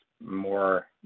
more